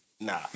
Nah